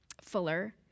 Fuller